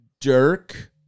Dirk